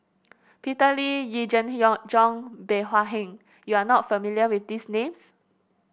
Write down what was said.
Peter Lee Yee Jenn Jong and Bey Hua Heng you are not familiar with these names